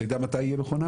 אתה יודע מתי תהיה מכונה?